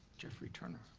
jeffrey turner.